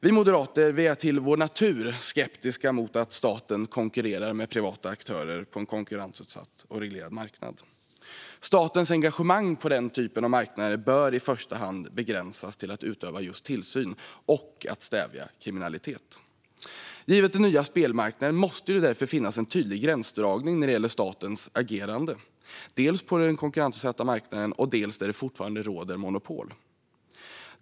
Vi moderater är till vår natur skeptiska mot att staten konkurrerar med privata aktörer på en konkurrensutsatt och reglerad marknad. Statens engagemang på den typen av marknader bör i första hand begränsas till att utöva tillsyn och stävja kriminalitet. Givet den nya spelmarknaden måste det därför finnas en tydlig gränsdragning när det gäller statens agerande, dels på den konkurrensutsatta marknaden, dels där det fortfarande råder monopol.